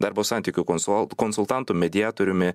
darbo santykių konsualtu konsultantu mediatoriumi